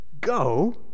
go